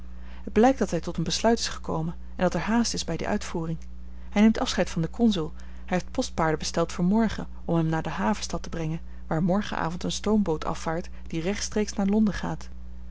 het blijkt dat hij tot een besluit is gekomen en dat er haast is bij de uitvoering hij neemt afscheid van den consul hij heeft postpaarden besteld voor morgen om hem naar de havenstad te brengen waar morgenavond een stoomboot afvaart die rechtstreeks naar londen gaat